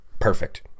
perfect